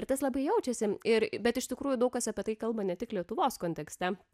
ir tas labai jaučiasi ir bet iš tikrųjų daug kas apie tai kalba ne tik lietuvos kontekste